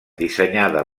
dissenyada